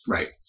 Right